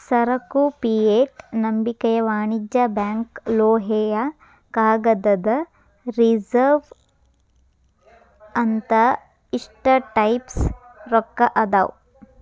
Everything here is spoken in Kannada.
ಸರಕು ಫಿಯೆಟ್ ನಂಬಿಕೆಯ ವಾಣಿಜ್ಯ ಬ್ಯಾಂಕ್ ಲೋಹೇಯ ಕಾಗದದ ರಿಸರ್ವ್ ಅಂತ ಇಷ್ಟ ಟೈಪ್ಸ್ ರೊಕ್ಕಾ ಅದಾವ್